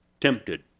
tempted